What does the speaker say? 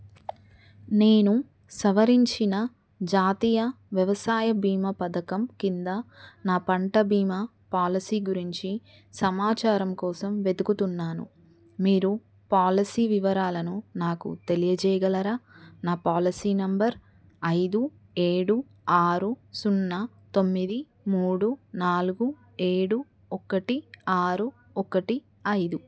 నేను సవరించిన జాతీయ వ్యవసాయ బీమా పథకం కింద నా పంట బీమా పాలసీ గురించి సమాచారం కోసం వెతుకుతున్నాను మీరు పాలసీ వివరాలను నాకు తెలియచేయగలరా నా పాలసీ నెంబర్ ఐదు ఏడు ఆరు సున్నా తొమ్మిది మూడు నాలుగు ఏడు ఒకటి ఆరు ఒకటి ఐదు